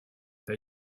der